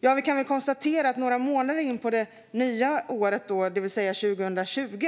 Ja, vi kan väl konstatera att några månader in på det nya året, det vill säga 2020,